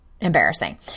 embarrassing